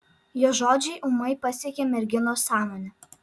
jo žodžiai ūmai pasiekė merginos sąmonę